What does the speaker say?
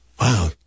wow